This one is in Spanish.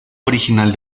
original